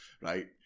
right